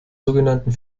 sogenannten